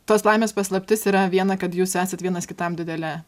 tos laimės paslaptis yra viena kad jūs esat vienas kitam didelė